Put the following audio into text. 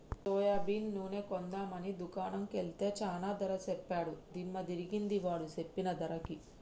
soybean నూనె కొందాం అని దుకాణం కెల్తే చానా ధర సెప్పాడు దిమ్మ దిరిగింది వాడు సెప్పిన ధరకి